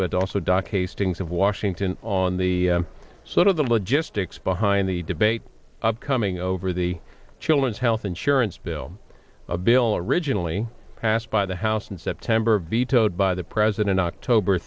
but also doc hastings of washington on the sort of the logistics behind the debate upcoming over the children's health insurance bill a bill originally passed by the house in september vetoed by the president october